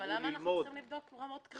אבל למה אנחנו צריכים לבדוק רמות קרינה?